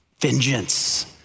vengeance